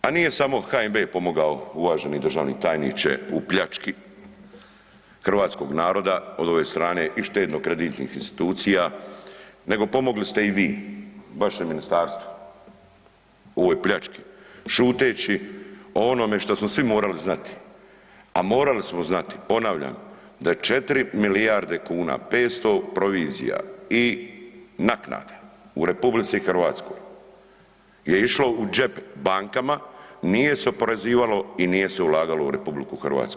A nije samo HNB pomogao uvaženi državni tajniče u pljački hrvatskog naroda od ove strane i štedno kreditnih institucija nego pomogli ste i vi, vaše ministarstvo u ovoj pljački šuteći o onome što smo svi morali znati, a morali smo znati ponavljam da 4 milijarde kuna, 500 provizija i naknade u RH je išlo u džep bankama, nije se oporezivalo i nije se ulagalo u RH.